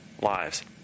lives